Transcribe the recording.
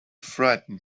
frightened